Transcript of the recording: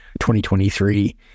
2023